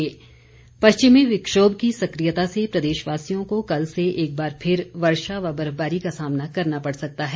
मौसम पश्चिमी विक्षोभ की सक्रियता से प्रदेशवासियों को कल से एक बार फिर वर्षा व बर्फबारी का सामना करना पड़ सकता है